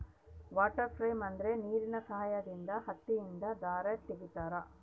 water frame ಅಂದ್ರೆ ನೀರಿನ ಸಹಾಯದಿಂದ ಹತ್ತಿಯಿಂದ ದಾರ ತಗಿತಾರ